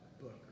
book